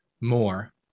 more